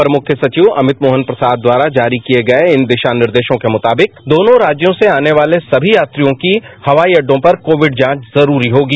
अपर मुख्य सचिव अमित मोहन प्रसाद द्वारा जारी किए गए इन दिशानिर्देशों के मुताबिक दोनों राज्यों से आने वाले समी यात्रियों की हवाई अड्डों पर कोबिट जांच जरूरी होही